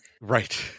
Right